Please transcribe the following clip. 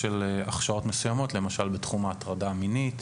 ההטרדה המינית,